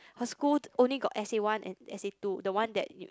her school only got S_A one and S_A two the one that you